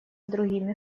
другими